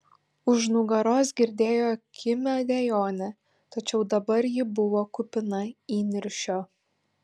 už nugaros girdėjo kimią dejonę tačiau dabar ji buvo kupina įniršio